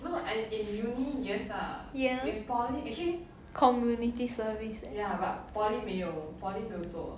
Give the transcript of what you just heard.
ya community service eh